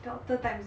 doctor times